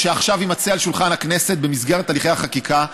שעכשיו יימצא על שולחן הכנסת במסגרת הליכי החקיקה,